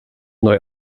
neu